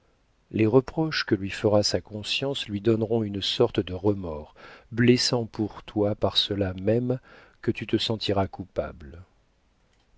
les reproches que lui fera sa conscience lui donneront une sorte de remords blessant pour toi par cela même que tu te sentiras coupable